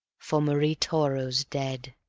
for marie toro's dead.